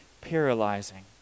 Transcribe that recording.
paralyzing